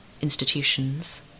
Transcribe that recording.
institutions